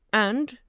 and,